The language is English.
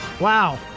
wow